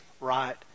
right